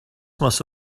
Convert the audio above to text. must